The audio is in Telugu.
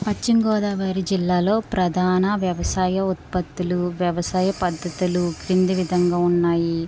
పశ్చిమగోదావరి జిల్లాలో ప్రధాన వ్యవసాయ ఉత్పత్తులు వ్యవసాయ పద్ధతులు క్రింది విధంగా ఉన్నాయి